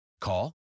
Call